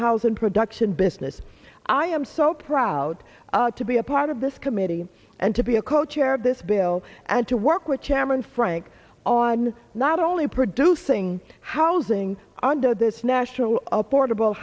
and production business i am so proud to be a part of this committee and to be a co chair of this bill and to work with chairman frank on not only producing housing under this national a portable